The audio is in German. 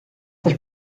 sich